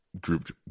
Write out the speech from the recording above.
grouped